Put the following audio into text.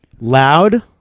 Loud